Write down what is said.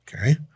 okay